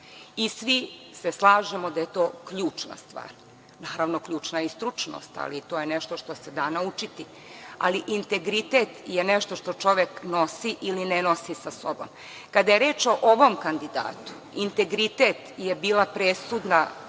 i svi se slažemo da je to ključna stvar. Naravno, ključna je i stručnost, ali to je nešto što se da naučiti. Integritet je nešto što čovek nosi ili ne nosi sa sobom. Kada je reč o ovom kandidatu, integritet je bila presudna